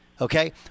Okay